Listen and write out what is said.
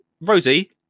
Rosie